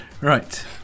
Right